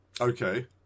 Okay